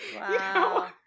Wow